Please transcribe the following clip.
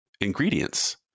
ingredients